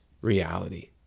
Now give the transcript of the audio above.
reality